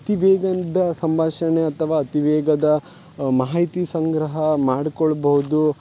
ಅತಿ ವೇಗದ ಸಂಭಾಷಣೆ ಅಥವಾ ಅತಿ ವೇಗದ ಮಾಹಿತಿ ಸಂಗ್ರಹ ಮಾಡಿಕೊಳ್ಬೌದು